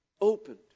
opened